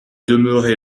demeurée